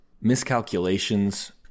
miscalculations